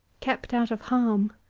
kept out of harm.